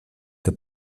der